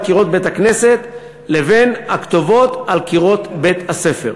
קירות בית-הכנסת לבין הכתובות על קירות בית-הספר.